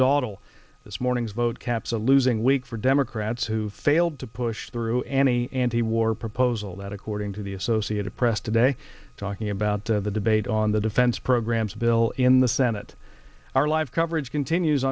dawdle this morning's vote caps a losing week for democrats who failed to push through any anti war proposal that according to the associated press today talking about the debate on the defense programs bill in the senate our live coverage continues